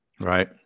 Right